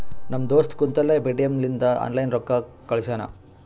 ನಮ್ ದೋಸ್ತ ಕುಂತಲ್ಲೇ ಪೇಟಿಎಂ ಲಿಂತ ಆನ್ಲೈನ್ ರೊಕ್ಕಾ ಕಳ್ಶ್ಯಾನ